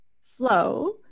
flow